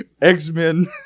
X-Men